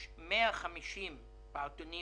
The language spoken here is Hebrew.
יש 150 פעוטונים